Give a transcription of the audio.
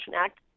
Act